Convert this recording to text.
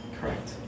Correct